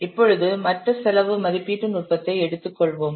இப்பொழுது மற்ற செலவு மதிப்பீட்டு நுட்பத்தை எடுத்துக்கொள்வோம்